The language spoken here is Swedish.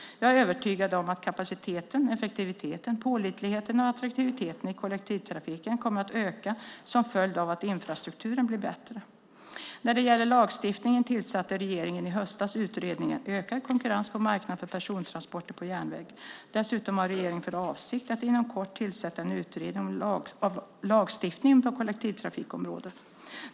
Jag är övertygad om att kapaciteten, effektiviteten, pålitligheten och attraktiviteten i kollektivtrafiken kommer att öka som följd av att infrastrukturen blir bättre. När det gäller lagstiftningen tillsatte regeringen i höstas en utredning om ökad konkurrens på marknaden för persontransporter på järnväg. Dessutom har regeringen för avsikt att inom kort tillsätta en utredning av lagstiftningen på kollektivtrafikområdet.